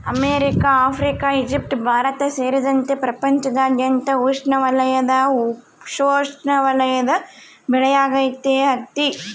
America Africa Egypt Bharat ಸೇರಿದಂತೆ ಪ್ರಪಂಚದಾದ್ಯಂತ ಉಷ್ಣವಲಯದ ಉಪೋಷ್ಣವಲಯದ ಬೆಳೆಯಾಗೈತಿ ಹತ್ತಿ